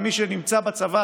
ומי שנמצא בצבא,